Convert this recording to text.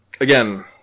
again